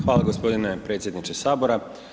Hvala gospodine predsjedniče Sabora.